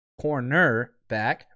Cornerback